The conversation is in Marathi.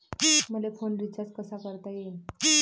मले फोन रिचार्ज कसा करता येईन?